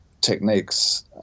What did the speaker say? techniques